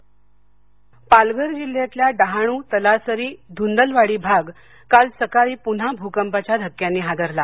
भकंप पालघर जिल्ह्यातला डहाणू तलासरी धुंदलवाडी भाग काल सकाळी पुन्हा भूकंपाच्या धक्क्यांनी हादरला